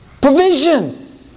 Provision